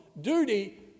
duty